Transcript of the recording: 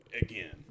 again